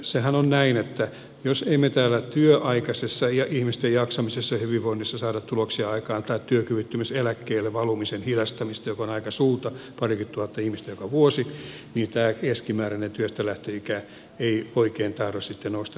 sehän on näin että jos me emme työnaikaisessa ihmisten jaksamisessa ja hyvinvoinnissa saa tuloksia aikaan tai työkyvyttömyyseläkkeelle valumisen hidastamista se on aika suurta parikymmentätuhatta ihmistä joka vuosi niin tämä keskimääräinen työstälähtöikä ei oikein tahdo sitten nousta niin kuin me haluamme